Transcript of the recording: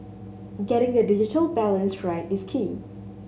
getting the digital balance right is key